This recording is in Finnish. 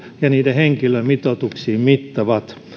ja niiden henkilömitoituksiin ovat mittavat